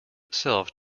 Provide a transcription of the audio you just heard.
itself